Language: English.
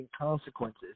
consequences